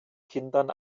kindern